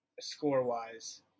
score-wise